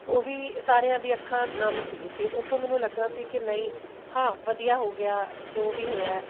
ਉਹ ਵੀ ਸਾਰਿਆਂ ਦੀਆਂ ਅੱਖਾਂ ਨਮ ਸੀ ਅਤੇ ਉੱਥੋਂ ਮੈਨੂੰ ਲੱਗਿਆ ਸੀ ਕਿ ਨਹੀਂ ਹਾਂ ਵਧੀਆ ਹੋ ਗਿਆ ਜੋ ਵੀ ਹੋਇਆ